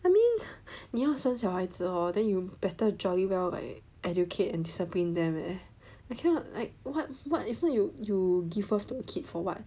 I mean 你要生小孩子 hor then you better jolly well like educate and discipline them leh I cannot like what what if not you you give birth to a kid for [what]